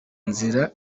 nzira